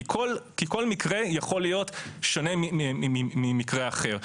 כי כל מקרה יכול להיות שונה ממקרה אחר,